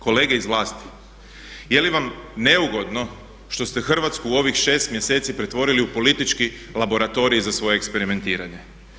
Kolega iz vlasti, je li vam neugodno što ste Hrvatsku u ovih 6 mjeseci pretvorili u politički laboratorij za svoje eksperimentiranje?